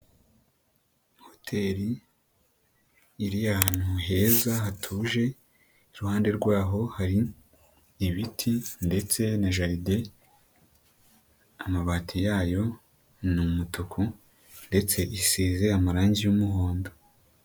Hoteli iri ahantu heza hatuje iruhande rwaho, hari ibiti ndetse na jaride, amabati yayo ni umutuku ndetse isize amarangi y'umuhondo.